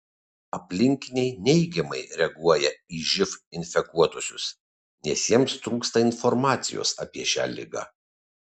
aplinkiniai neigiamai reaguoja į živ infekuotuosius nes jiems trūksta informacijos apie šią ligą